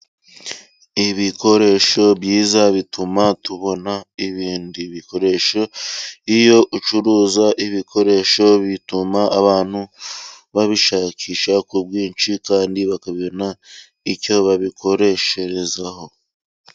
Ibikoresho byiza bituma tubona ibindi bikoresho. Iyo ucuruza ibikoresho bituma abantu babishakisha ku bwinshi kandi bakabona icyo babikoresherezaho.